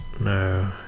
No